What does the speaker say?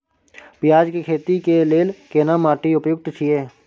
पियाज के खेती के लेल केना माटी उपयुक्त छियै?